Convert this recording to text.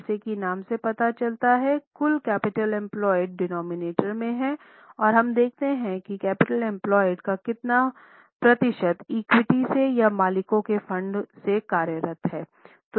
जैसा कि नाम से पता चलता है कि कुल कैपिटल एम्प्लॉयड का कितना प्रतिशत इक्विटी से या मालिकों के फंड से कार्यरत है